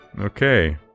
Okay